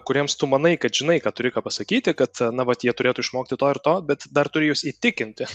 kuriems tu manai kad žinai kad turi ką pasakyti kad na vat jie turėtų išmokti to ir to bet dar turi juos įtikinti